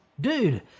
dude